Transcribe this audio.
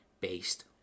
based